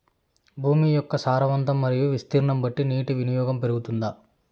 భూమి యొక్క సారవంతం మరియు విస్తీర్ణం బట్టి నీటి వినియోగం పెరుగుతుందా?